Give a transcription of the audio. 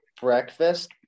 breakfast